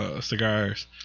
cigars